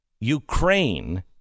Ukraine